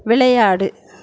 விளையாடு